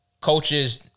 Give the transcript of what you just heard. coaches